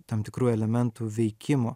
tam tikrų elementų veikimo